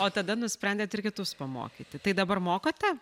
o tada nusprendėt ir kitus pamokyti tai dabar mokote